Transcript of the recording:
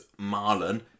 Marlon